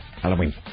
Halloween